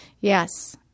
Yes